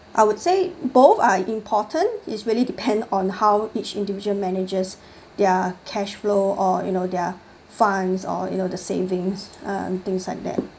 I would say both are important is really depend on how each individual manages their cash flow or you know their funds or you know the savings um things like that